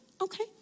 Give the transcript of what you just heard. Okay